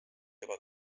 juba